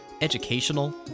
educational